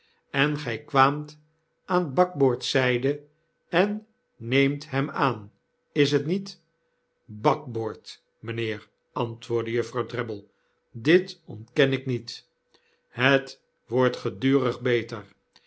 en gij kwaamt aan bakboordszyde en neemt hem aan is t niet